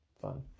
fun